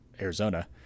Arizona